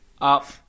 up